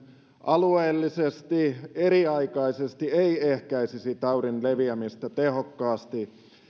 alueellisesti eriaikaisesti ei ehkäisisi taudin leviämistä tehokkaasti